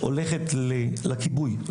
הולכת לכיבוי,